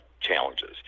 challenges